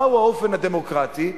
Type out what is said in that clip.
מהו האופן הדמוקרטי?